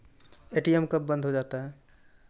ATM कब बंद हो जाता हैं?